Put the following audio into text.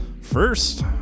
first